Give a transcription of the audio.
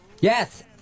Yes